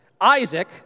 Isaac